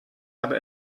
habe